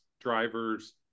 drivers